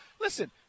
Listen